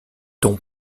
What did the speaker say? ton